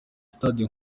sitade